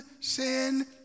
sin